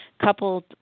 Coupled